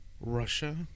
Russia